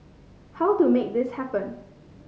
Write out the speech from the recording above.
how to make this happen